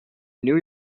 new